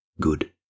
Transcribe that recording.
good